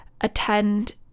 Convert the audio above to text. attend